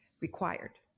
required